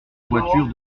voiture